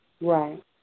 Right